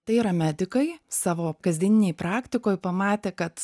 tai yra medikai savo kasdieninėj praktikoj pamatę kad